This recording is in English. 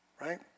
right